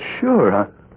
sure